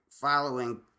following